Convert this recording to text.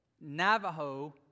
Navajo